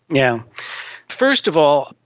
yeah first of all,